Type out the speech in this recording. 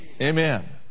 Amen